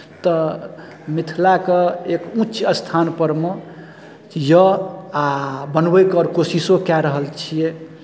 तऽ मिथिलाके एक उच्च स्थानपर मे यए आ बनबैके आओर कोशिशो कए रहल छियै